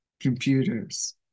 computers